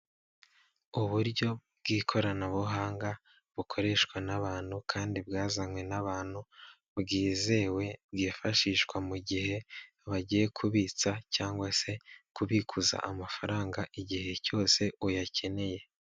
Uburyo bw'ikoranabuhanga bukoreshwa n'abantu kandi bwazanywe n'abantu, bwizewe bwifashishwa mu gihe bagiye kubitsa, cyangwa se kubikuza amafaranga igihe cyose uyakeneye.